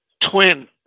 twin